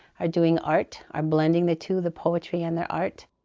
are doing art, are blending the two, the poetry and the art.